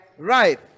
right